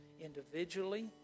individually